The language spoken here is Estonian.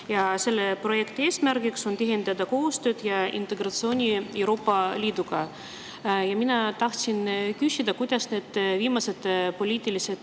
Selle projekti eesmärk on tihendada koostööd ja integratsiooni Euroopa Liiduga. Ma tahan küsida, kuidas need viimased poliitilised